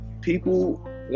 people